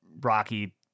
Rocky